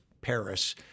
Paris